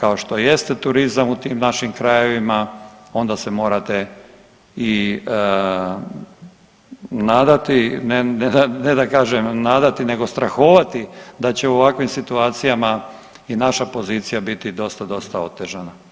kao što jeste turizam u tim našim krajevima onda se morate i nadati, ne da kažem nadati nego strahovati da će u ovakvim situacijama i naša pozicija biti dosta, dosta otežana.